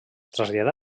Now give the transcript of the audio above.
traslladà